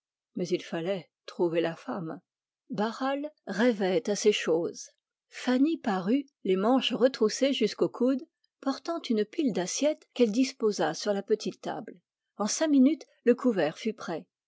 mais il fallait trouver la femme barral rêvait à ces choses fanny parut portant une pile d'assiettes qu'elle disposa sur la petite table en cinq minutes le couvert fut prêt